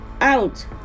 out